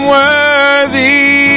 worthy